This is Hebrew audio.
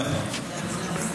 התשפ"ד 2024,